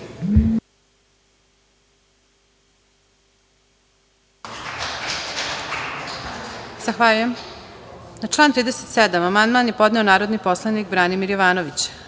Zahvaljujem. Na član 37. amandman je podneo narodni poslanik Branimir Jovanović. Vlada